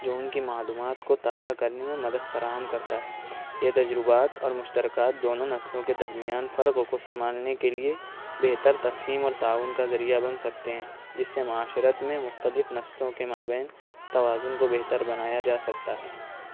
جو اُن کی معلومات کو تازہ کرنے میں مدد فراہم کرتا ہے یہ تجربات اور مشترکات دونوں نسلوں کے درمیان فرق کو سنبھالنے کے لئے بہتر تفہیم اور تعاون کا ذریعہ بن سکتے ہیں جس سے معاشرت میں مختلف نسلوں کے مابین توازُن کو بہتر بنایا جا سکتا ہے